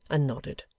and nodded.